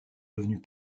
devenus